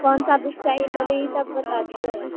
कौन सा बुक चाही पहिले ई तऽ बता दिअ